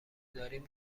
داریم